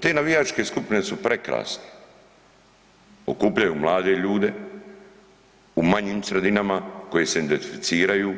Te navijačke skupine su prekrasne, okupljaju mlade ljude, u manjim sredinama koji se identificiraju,